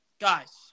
Guys